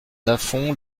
lafond